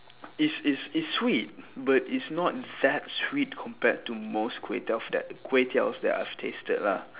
it's it's it's sweet but it's not that sweet compared to most kway teow that kway teows that I've tasted lah